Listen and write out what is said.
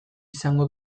izango